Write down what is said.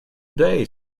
day